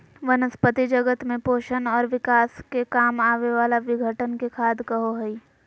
वनस्पती जगत में पोषण और विकास के काम आवे वाला विघटन के खाद कहो हइ